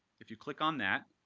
if you click on that,